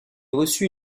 reçut